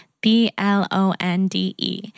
B-L-O-N-D-E